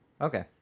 okay